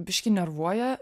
biškį nervuoja